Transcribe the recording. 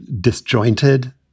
disjointed